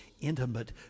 intimate